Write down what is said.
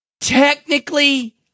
Technically